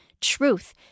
truth